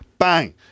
bang